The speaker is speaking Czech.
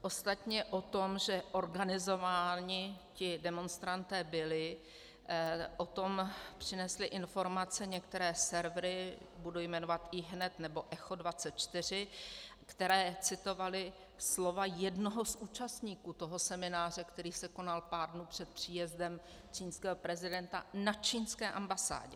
Ostatně o tom, že organizováni ti demonstranti byli, o tom přinesly informace některé servery, budu jmenovat IHNED nebo ECHO 24, které citovaly slova jednoho z účastníků toho semináře, který se konal pár dnů před příjezdem čínského prezidenta na čínské ambasádě.